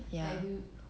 ya